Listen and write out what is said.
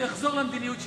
הוא יחזור למדיניות שלנו.